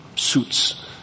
suits